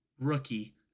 rookie